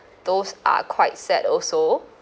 those are quite sad also